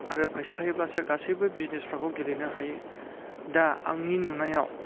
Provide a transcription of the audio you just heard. आरो फैसा थायोब्लासो गासैबो बिजनेसफ्राखौ गेलेनो हायो दा आंनि नुनायाव